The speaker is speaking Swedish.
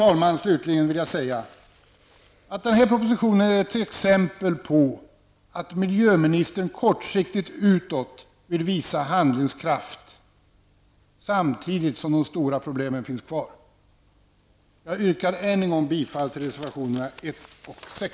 Jag vill slutligen säga att den här propositionen är ett exempel på att miljöministern kortsiktigt vill visa handlingskraft utåt, samtidigt som de stora problemen lämnas kvar. Jag yrkar än en gång bifall till reservationerna 1 och 6.